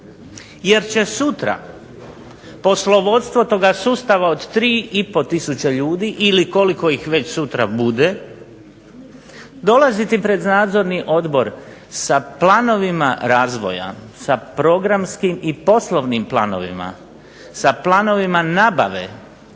jer će sutra poslovodstvo toga sustava od 3500 ljudi ili koliko ih već sutra bude, dolaziti pred Nadzorni odbor sa planovima razvoja, sa programskim i poslovnim planovima, sa planovima nabave,